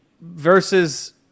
versus